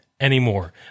Anymore